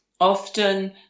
Often